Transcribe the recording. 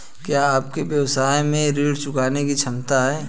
क्या आपके व्यवसाय में ऋण चुकाने की क्षमता है?